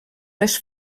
les